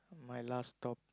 my last stop